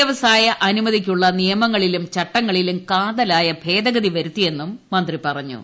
വൃവസായ അനുമതിക്കുള്ള നിയമങ്ങളിലും ചട്ടങ്ങളിലും കാതലായ ഭേദഗതി വരുത്തിയെന്നും മന്ത്രി പറഞ്ഞു